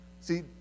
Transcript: See